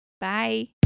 Bye